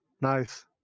Nice